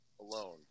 alone